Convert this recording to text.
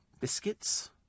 biscuits